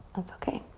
that's okay.